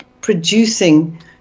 producing